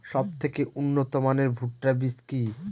সবথেকে উন্নত মানের ভুট্টা বীজ কি?